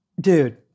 dude